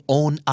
own